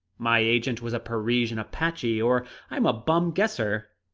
my agent was a parisian apache, or i'm a bum guesser!